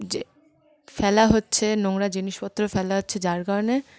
যে ফেলা হচ্ছে নোংরা জিনিসপত্র ফেলা হচ্ছে যার কারণে